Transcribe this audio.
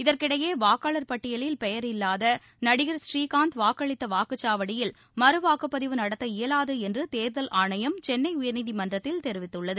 இதற்கிடையே வாக்காளர் பட்டியலில் பெயர் இல்லாத நடிகர் ஸ்ரீகாந்த் வாக்களித்த வாக்குச்சாவடியில் மறு வாக்குப்பதிவு நடத்த இயலாது என்று தேர்தல் ஆணையம் சென்னை உயர்நீதிமன்றத்தில் தெரிவித்துள்ளது